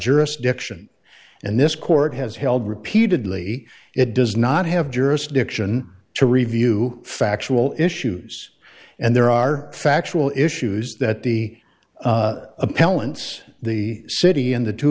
jurisdiction and this court has held repeatedly it does not have jurisdiction to review factual issues and there are factual issues that the appellant's the city and the two